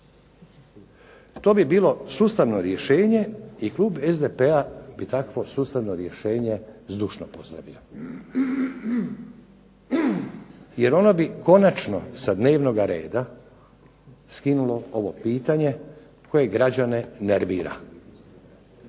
To bi bilo sustavno rješenje i Klub SDP-a bi takvo sustavno rješenje zdušno pozdravio jer ono bi konačno sa dnevnog reda skinulo ovo pitanje koje građane nervira.